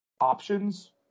options